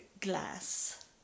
glass